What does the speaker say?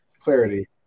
clarity